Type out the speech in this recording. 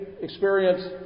experience